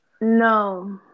No